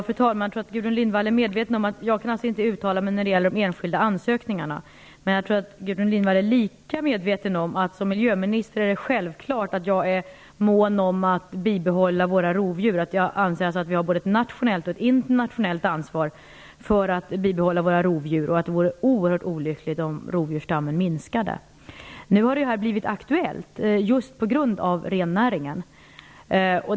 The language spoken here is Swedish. Fru talman! Jag tror att Gudrun Lindvall är medveten om att jag inte kan uttala mig när det gäller de enskilda ansökningarna. Men jag tror att Gudrun Lindvall är lika medveten om att det för mig som miljöminister är självklart att jag är mån om att bibehålla våra rovdjur. Jag anser att vi har både ett nationellt och ett internationellt ansvar för att bibehålla våra rovdjur och att det vore oerhört olyckligt om rovdjursstammen minskade. Nu har detta blivit aktuellt just på grund av rennäringen.